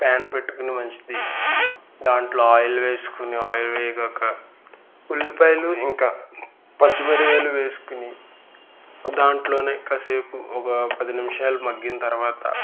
pan పెట్టుకుని మంచిది దాంట్లో ఆయిల్ వేసుకుని ఆయిల్ వేగినాక ఉల్లిపాయలు ఇంకా పచ్చిమిరపకాయలు వేసుకుని దాంట్లో కాసేపు ఒక పది నిమిషాలు మగ్గిన తర్వాత